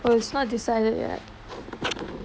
oh it's not decided yet